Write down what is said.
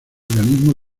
organismos